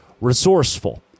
Resourceful